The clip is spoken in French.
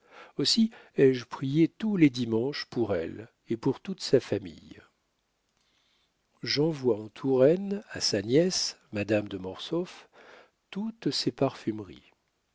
aussi ai-je prié tous les dimanches pour elle et pour toute sa famille j'envoie en touraine à sa nièce madame de mortsauf toutes ses parfumeries